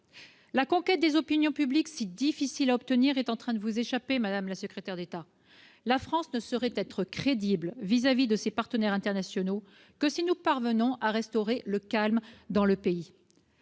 La conquête des opinions publiques, si difficile à obtenir, est en train de vous échapper, madame la secrétaire d'État ! La France ne saurait être crédible vis-à-vis de ses partenaires internationaux que si nous parvenons à restaurer le calme dans le pays.